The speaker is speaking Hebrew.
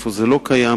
איפה זה לא קיים,